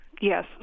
Yes